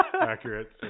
accurate